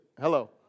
Hello